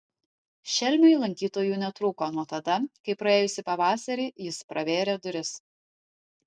šelmiui lankytojų netrūko nuo tada kai praėjusį pavasarį jis pravėrė duris